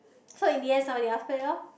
so in the end somebody else played loh